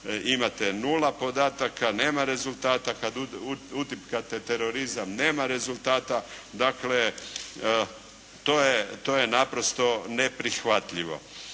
imate nula podataka, nema rezultata, kada utipkate terorizam nema rezultata. Dakle, to je naprosto neprihvatljivo.